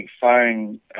phone